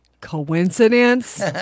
coincidence